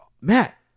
Matt